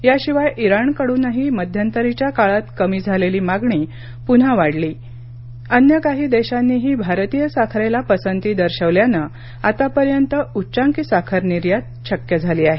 याशिवाय इराणकडूनही मध्यंतरीच्या काळात कमी झालेली मागणी पुन्हा वाढली अन्य काही देशांनीही भारतीय साखरेला पसंती दर्शवल्यानं आत्तापर्यंत उच्चांकी साखर निर्यात शक्य झाली आहे